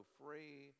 free